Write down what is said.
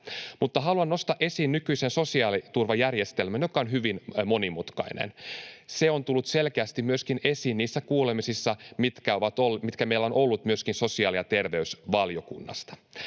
Mutta haluan nostaa esiin nykyisen sosiaaliturvajärjestelmän, joka on hyvin monimutkainen. Se on tullut selkeästi esiin myöskin niissä kuulemisissa, mitä meillä on ollut myöskin sosiaali- ja terveysvaliokunnassa.